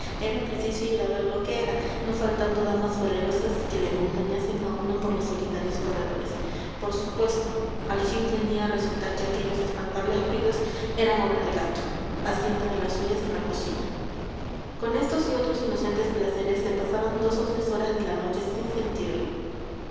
era preciso ir a ver lo que era no faltando damas valerosas que le acompañasen a uno por los solitarios corredores por supuesto al fin venía a resultar que aquellos espantables ruidos eran obra del gato haciendo de las suyas en la cocina con estos y otros inocentes placeres se pasaban dos o tres horas de la noche sin sentirlo